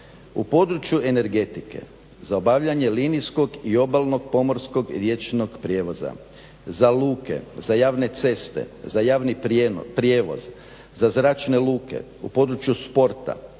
U području energetike za obavljanje linijskog i obalnog pomorskog riječnog prijevoza, za luke, za javne ceste, za javni prijevoz, za zračne luke, u području sporta,